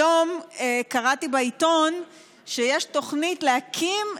היום קראתי בעיתון שיש תוכנית להקים,